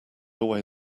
away